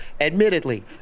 admittedly